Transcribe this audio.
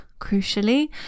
crucially